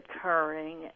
occurring